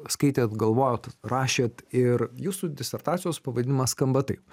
skaitėt galvojot rašėt ir jūsų disertacijos pavadinimas skamba taip